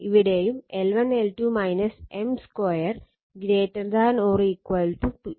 ഇവിടെയും L1 L2 M2 ≥ 0 ആണ്